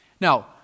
Now